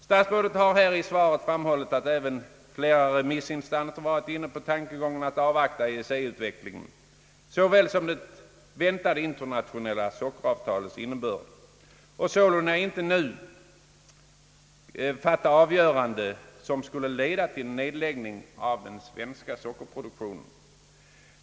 Statsrådet har i svaret framhållit, att även flera remissinstanser varit inne på tankegången att avvakta EEC-utvecklingen såväl som det väntade internationella sockeravtalets innebörd och sålunda inte nu fatta avgöranden, som skulle kunna leda till en nedläggning av den svenska sockerproduktionen.